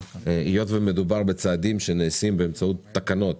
היות ומדובר בצעדים שנעשים באמצעות תקנות,